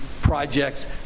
projects